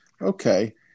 Okay